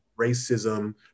racism